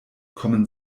kommen